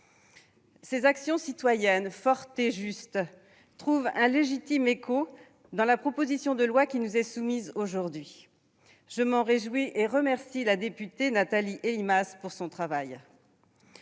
Ces actions citoyennes, fortes et justes, trouvent un légitime écho dans la proposition de loi qui nous est soumise aujourd'hui. Je m'en réjouis et remercie notre collègue députée Nathalie Elimas de son travail.